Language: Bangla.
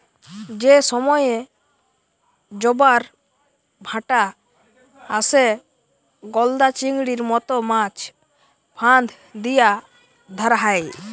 যে সময়ে জবার ভাঁটা আসে, গলদা চিংড়ির মত মাছ ফাঁদ দিয়া ধ্যরা হ্যয়